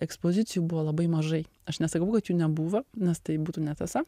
ekspozicijų buvo labai mažai aš nesakau kad jų nebuvo nes tai būtų netiesa